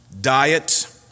diet